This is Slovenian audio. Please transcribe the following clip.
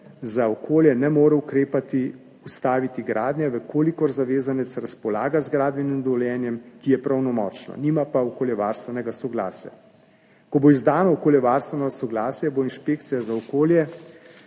za okolje ne more ukrepati, ustaviti gradnje, če zavezanec razpolaga z gradbenim dovoljenjem, ki je pravnomočno, nima pa okoljevarstvenega soglasja. Ko bo izdano okoljevarstveno soglasje, bo Inšpekcija za okolje